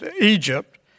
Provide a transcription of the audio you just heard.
Egypt